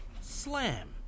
Slam